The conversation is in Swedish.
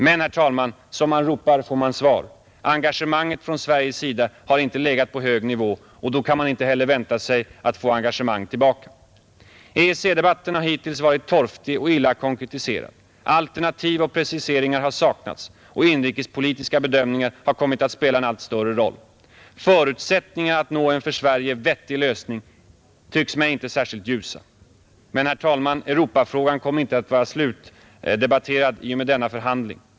Men, herr talman, som man ropar får man svar. Engagemanget från Sveriges sida har inte legat på hög nivå, och då kan man inte heller vänta sig att få engagemang tillbaka. EEC-debatten har hittills varit torftig och illa konkretiserad. Alternativ och preciseringar har saknats och inrikespolitiska bedömningar har kommit att spela en allt större roll. Förutsättningarna att nå en för Sverige vettig lösning tycks mig inte särskilt ljusa. Men, herr talman, Europafrågan kommer inte att vara slutdebatterad i och med denna förhandling.